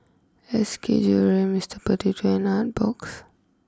S K Jewellery Mister Potato and Artbox